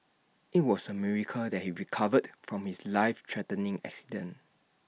IT was A miracle that he recovered from his life threatening accident